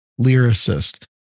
lyricist